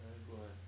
I very good [one]